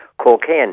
cocaine